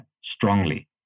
strongly